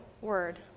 word